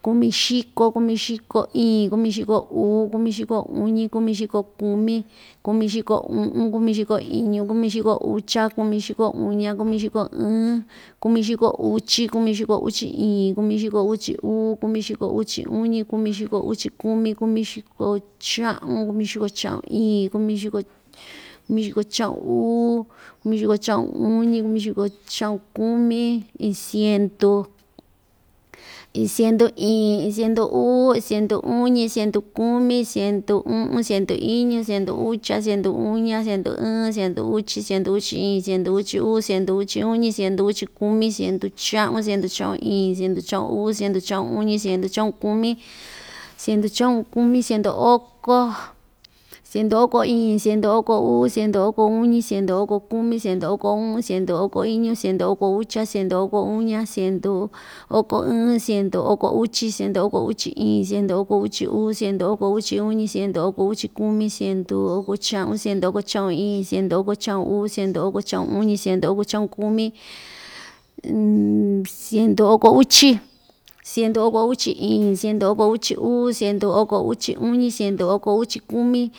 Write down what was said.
kumixiko, kumixiko iin, kumixiko uu, kumixiko uñi, kumixiko kumi, kumixiko u'un, kumixiko iñu, kumixiko ucha, kumixiko uña, kumixiko ɨɨn, kumixiko uchi, kumixiko uchi iin, kumixiko uchi uu, kumixiko uchi uñi, kumixiko uchi kumi, kumixiko cha'un, kumixiko cha'un iin, kumixiko kumixiko cha'un uu, kumixiko cha'un uñi, kumixiko cha'un kumi, iin siendu, iin siendu iin, iin siendu uu, iin siendu uñi, iin siendu kumi, siendu u'un, siendu iñu, siendu ucha, siendu uña, siendu ɨɨn, siendu uchi, siendu uchi iin, siendu uchi uu, siendu uchi uñi, siendu uchi kumi, siendu cha'un, siendu cha'un iin, siendu cha'un uu, siendu cha'un uñi, siendu cha'un kumi, siendu cha'un kumi, siendu oko, siendu oko iin, siendu oko uu, siendu oko uñi, siendu oko kumi, siendu oko u'un, siendu oko iñu, siendu oko ucha, siendu oko uña, siendu oko ɨɨn, siendu oko uchi, siendu oko uchi iin, siendu oko uchi uu, siendu oko uchi uñi, siendu oko uchi kumi, siendu oko cha'un, siendu oko cha'un iin, siendu oko cha'un uu, siendu oko cha'un uñi, siendu oko cha'un kumi, siendu oko uchi, siendu oko uchi iin, siendu oko uchi uu, siendu oko uchi uñi, siendu oko uchi kumi.